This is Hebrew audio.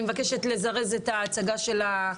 אני מבקשת לזרז את ההצגה של המצגת.